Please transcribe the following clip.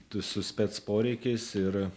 tų su spec poreikiais ir